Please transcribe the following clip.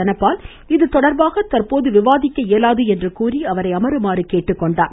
தனபால் இதுதொடர்பாக தற்போது விவாதிக்க இயலாது என்று கூறி அவரை அமருமாறு கேட்டுக்கொண்டார்